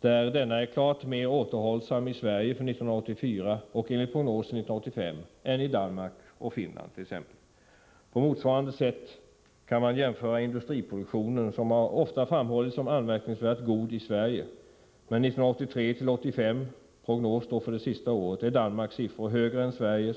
Denna är klart mer återhållsam i Sverige för 1984 och enligt prognosen för 1985 än i t.ex. Danmark och Finland. På motsvarande sätt kan man jämföra industriproduktionen, som ofta har framhållits som anmärkningsvärt god i Sverige. Men 1983-1985 — det gäller då för det sistnämnda året en prognos — är Danmarks siffror högre än Sveriges.